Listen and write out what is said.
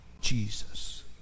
Jesus